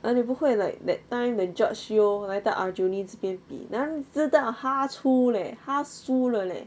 哪里不会 like that time the george yeo 来到 aljunied 这边比 then 哪里知道他输 leh 他输了 leh